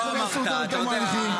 ימשיכו לעצור אותם עד תום ההליכים.